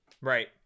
Right